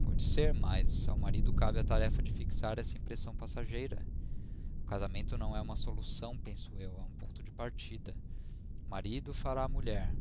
pode ser mas ao marido cabe a tarefa de fixar essa impressão passageira o casamento não é uma solução penso eu é um ponto de partida o marido fará a mulher